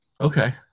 Okay